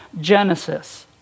Genesis